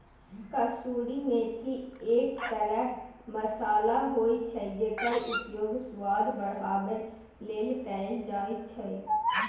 कसूरी मेथी एक तरह मसाला होइ छै, जेकर उपयोग स्वाद बढ़ाबै लेल कैल जाइ छै